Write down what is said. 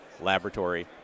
Laboratory